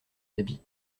habit